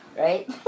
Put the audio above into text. right